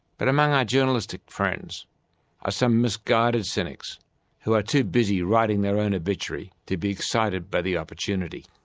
but among our journalistic friends are some misguided cynics who are too busy writing their own obituary to be excited by the opportunity.